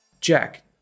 Jack